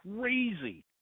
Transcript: crazy